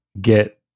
get